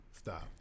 Stop